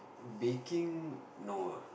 baking no ah